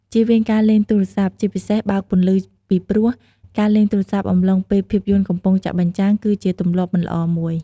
ជៀសវាងការលេងទូរស័ព្ទ ជាពិសេសបើកពន្លឺពីព្រោះ ការលេងទូរស័ព្ទអំឡុងពេលភាពយន្តកំពុងចាក់បញ្ចាំង គឺជាទម្លាប់មិនល្អមួយ។